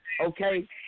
okay